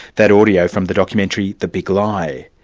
that audio from the documentary the big lie.